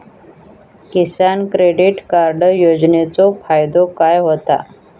किसान credit card योजनेचो फायदो काय होता?